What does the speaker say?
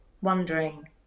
wondering